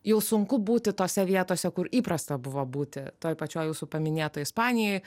jau sunku būti tose vietose kur įprasta buvo būti toj pačioj jūsų paminėtoj ispanijoj